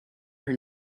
her